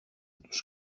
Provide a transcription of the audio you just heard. τους